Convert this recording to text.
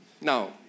now